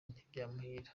ntibyamuhira